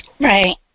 right